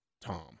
Tom